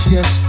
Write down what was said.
Yes